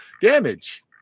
damage